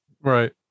Right